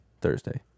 Thursday